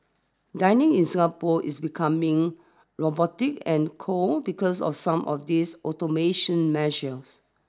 dining in Singapore is becoming robotic and cold because of some of these automation measures